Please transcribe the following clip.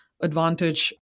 advantage